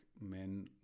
men